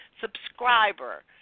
subscriber